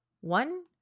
One